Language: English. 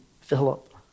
Philip